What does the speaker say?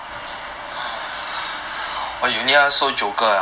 mm then